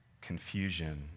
confusion